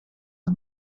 are